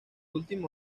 último